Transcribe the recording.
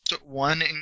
one